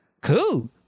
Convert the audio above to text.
Cool